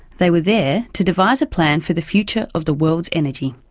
they were there to devise a plan for the future of the world's energy.